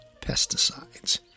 pesticides